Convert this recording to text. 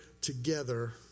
together